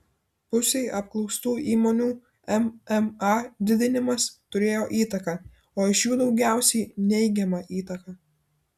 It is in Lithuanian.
pusei apklaustų įmonių mma didinimas turėjo įtaką o iš jų daugiausiai neigiamą įtaką